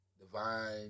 divine